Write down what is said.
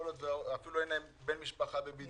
אם אין להם אפילו בן משפחה בבידוד.